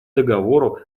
договору